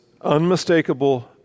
unmistakable